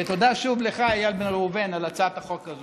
ותודה שוב לך, איל בן ראובן, על הצעת החוק הזאת.